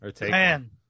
Man